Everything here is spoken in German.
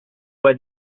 bei